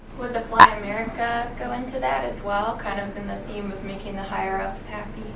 the fly america go into that as well? kind of in the theme of making the higher ups happy?